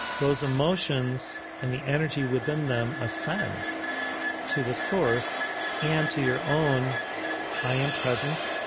those emotions and the energy within them ascend to the source and to your own i am presence,